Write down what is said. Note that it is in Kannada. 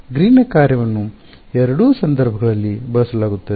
ಆದ್ದರಿಂದ ಗ್ರೀನ್ನ ಕಾರ್ಯವನ್ನು ಎರಡೂ ಸಂದರ್ಭಗಳಲ್ಲಿ ಬಳಸಲಾಗುತ್ತದೆ